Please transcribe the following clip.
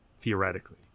theoretically